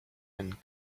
and